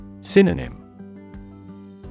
Synonym